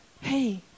Hey